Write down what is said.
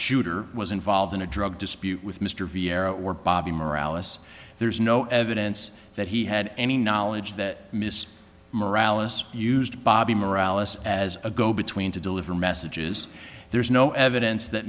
shooter was involved in a drug dispute with mr vieira or bobby morale us there's no evidence that he had any knowledge that miss morale us used bobby morale us as a go between to deliver messages there's no evidence that